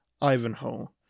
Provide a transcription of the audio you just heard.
Ivanhoe